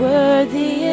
Worthy